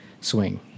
swing